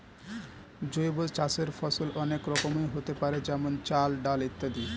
জৈব চাষের ফসল অনেক রকমেরই হতে পারে যেমন চাল, ডাল ইত্যাদি